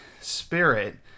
spirit